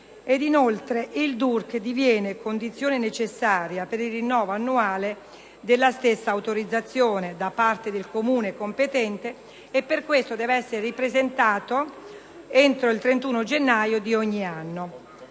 inoltre, il DURC diviene condizione necessaria per il rinnovo annuale dell'autorizzazione stessa da parte del Comune competente e, per questo, deve essere ripresentato entro il 31 gennaio di ogni anno.